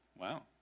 wow